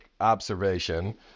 observation